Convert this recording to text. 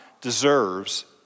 deserves